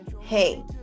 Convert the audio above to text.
hey